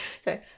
Sorry